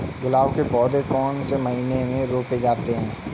गुलाब के पौधे कौन से महीने में रोपे जाते हैं?